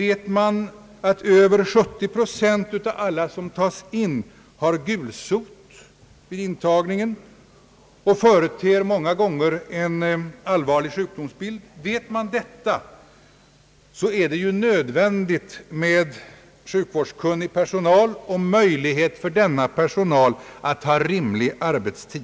vet man att över 70 procent av alla som tas in har gul sot vid intagningen och många gånger företer en allvarlig sjukdomsbild, är det nödvändigt med sjukvårdskunnig personal och möjlighet för denna personal att ha rimlig arbetstid.